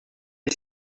est